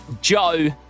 Joe